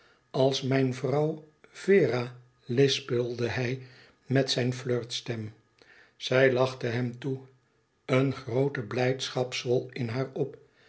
als mijn vrouw vera lispelde hij met zijn flirtstem zij lachte hem toe een groote blijdschap zwol in haar op